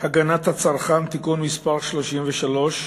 הגנת הצרכן (תיקון מס' 33),